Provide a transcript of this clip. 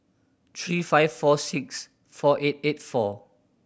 three five four six four eight eight four